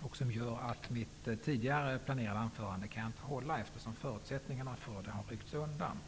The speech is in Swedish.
Det gör att jag inte kan hålla mitt tidigare planerade anförande, eftersom förutsättningarna för det har ryckts undan.